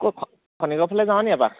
ক'ত খ খনিকৰ ফালে যাওঁ নি এপাক